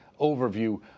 overview